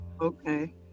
Okay